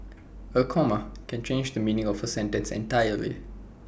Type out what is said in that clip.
A comma can change the meaning of A sentence entirely